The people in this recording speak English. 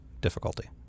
difficulty